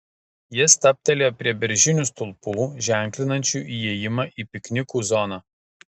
jie stabtelėjo prie beržinių stulpų ženklinančių įėjimą į piknikų zoną